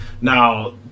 Now